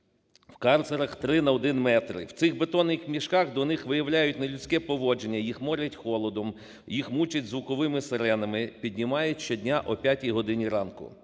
в карцерах 3х1 метр. В цих "бетонних мішках" до них виявляють нелюдське поводження, їх морять голодом, їх мучать звуковими сиренами, піднімають щодня о 5 годині ранку.